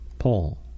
Paul